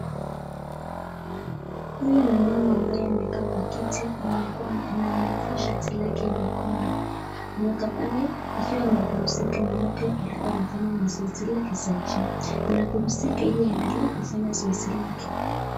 Huyu ni mama ambaye amekaa kwa kiti na amevaa shati lake nyekundu, amekaa pale ikiwa anapumzika manake alikua anafanya mazoezi lake la gym . Anapumzika ili aweze kufanya mazoezi lake.